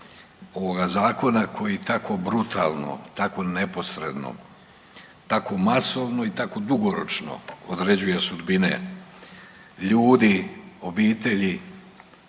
ovoga Zakona koji tako brutalno, tako neposredno, tako masovno i tako dugoročno određuje sudbine ljudi, obitelji,